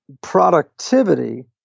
productivity